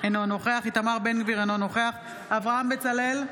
אינו נוכח איתמר בן גביר, אינו נוכח אברהם בצלאל,